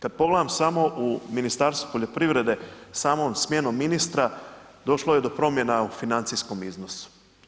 Kad pogledam samo u Ministarstvu poljoprivrede samom smjenom ministra došlo je do promjena u financijskom iznosu.